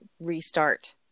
restart